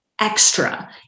extra